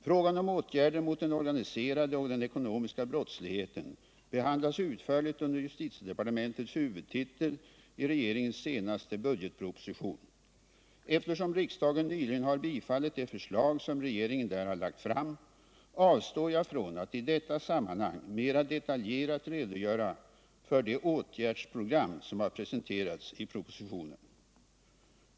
Frågan om åtgärder mot den organiserade och den ekonomiska brottsligheten behandlas utförligt under justitiedepartementets huvudtitel i regeringens senaste budgetproposition. Eftersom riksdagen nyligen har bifallit de förslag som regeringen där har lagt fram, avstår jag från att i detta sammanhang mera detaljerat redogöra för det åtgärdsprogram som har presenterats i propositionen.